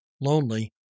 lonely